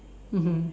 mmhmm